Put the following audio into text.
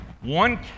one